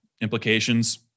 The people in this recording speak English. implications